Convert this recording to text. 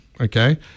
okay